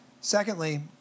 Secondly